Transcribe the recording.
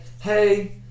hey